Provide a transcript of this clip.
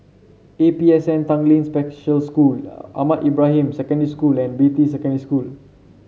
A P S N Tanglin Special School Ahmad Ibrahim Secondary School and Beatty Secondary School